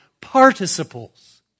participles